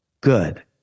Good